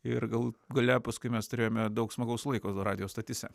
ir galu gale paskui mes turėjome daug smagaus laiko radijo stotyse